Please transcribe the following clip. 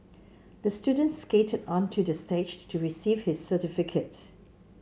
the student skated onto the stage to receive his certificate